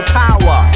power